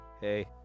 Hey